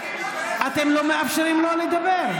אתם לא מאפשרים לו לדבר.